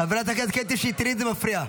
חברת הכנסת קטי שטרית, זה מפריע.